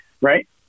right